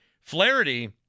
Flaherty